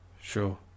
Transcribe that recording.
sure